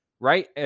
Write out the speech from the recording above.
Right